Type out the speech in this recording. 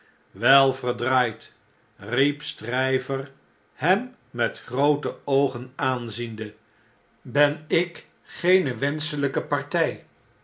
wel verdraaidl riep stryver hem met groote oogen aanziende ben ik geene wenschelpe partjj